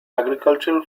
agricultural